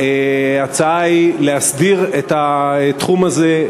ההצעה היא להסדיר את התחום הזה,